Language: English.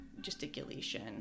gesticulation